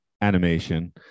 animation